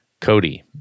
Cody